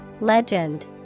Legend